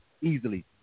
easily